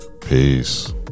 peace